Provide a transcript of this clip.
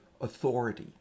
authority